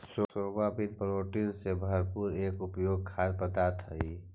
soybean protein से भरपूर एक उपयोगी खाद्य पदार्थ हई